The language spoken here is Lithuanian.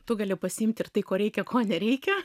tu gali pasiimti ir tai ko reikia ko nereikia